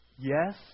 Yes